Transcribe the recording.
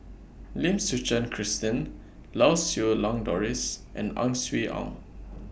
Lim Suchen Christine Lau Siew Lang Doris and Ang Swee Aun